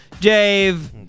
Dave